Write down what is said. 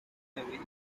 navy